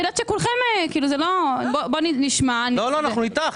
אנחנו איתך.